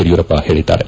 ಯಡಿಯೂರಪ್ಪ ಹೇಳಿದ್ದಾರೆ